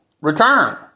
return